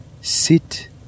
sit